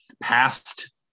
past